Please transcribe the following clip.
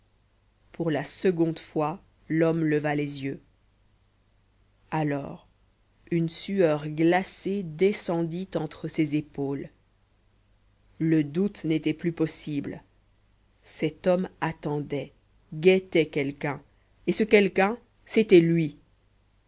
pour la seconde fois l'homme leva les yeux alors une sueur glacée descendit entre ses épaules le doute n'était plus possible cet homme attendait guettait quelqu'un et ce quelqu'un c'était lui